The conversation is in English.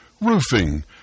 roofing